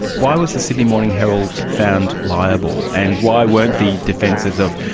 why was the sydney morning herald found liable and why weren't the defences of,